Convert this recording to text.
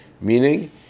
meaning